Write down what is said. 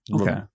Okay